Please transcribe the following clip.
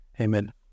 amen